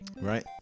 right